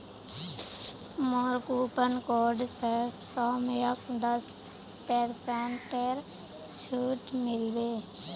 मोर coupon code स सौम्यक दस पेरसेंटेर छूट मिल बे